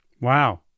Wow